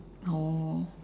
oh